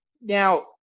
Now